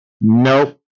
nope